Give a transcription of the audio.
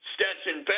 Stetson